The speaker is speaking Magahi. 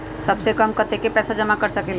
सबसे कम कतेक पैसा जमा कर सकेल?